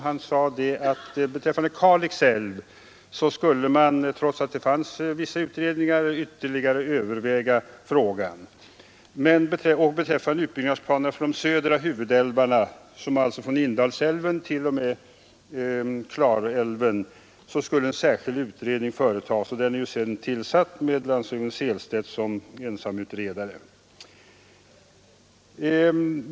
Han sade att beträffande Kalix älv skulle man, trots att det fanns vissa utredningar, ytterligare överväga frågan, och beträffande planerna för de södra huvudälvarna från Indalsälven t.o.m. Klarälven skulle en särskild utredning företas. Den har ju sedan tillsatts med förre landshövdingen Sehlstedt som ensamutredare.